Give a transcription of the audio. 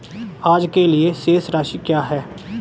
आज के लिए शेष राशि क्या है?